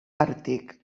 àrtic